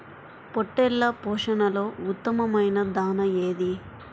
పొట్టెళ్ల పోషణలో ఉత్తమమైన దాణా ఏది?